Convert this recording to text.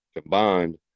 combined